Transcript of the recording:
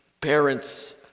parents